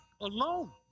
alone